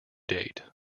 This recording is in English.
date